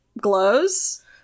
glows